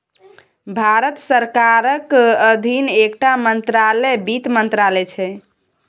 भारत सरकारक अधीन एकटा मंत्रालय बित्त मंत्रालय छै